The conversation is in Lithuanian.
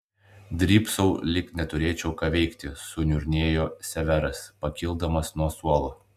drybsau lyg neturėčiau ką veikti suniurnėjo severas pakildamas nuo suolo